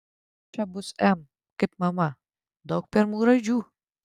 čia bus m kaip mama daug pirmų raidžių